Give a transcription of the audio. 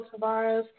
Tavares